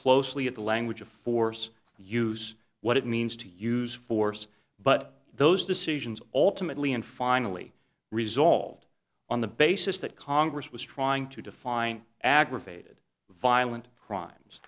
closely at the language of force use what it means to use force but those decisions ultimately and finally resolved on the basis that congress was trying to define aggravated violent crimes